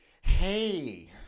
Hey